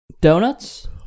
Donuts